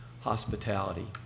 hospitality